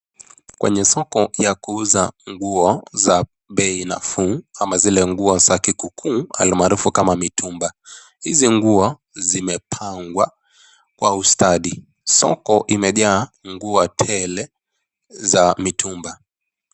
Kwenye soko ya kuuza nguo zenye bei nafuu ama zile nguo za kikukuu almaarufu kama mitumba. Hizi nguo zimepangwa kwa ustadi soko imejaa nguo tele za mitumba.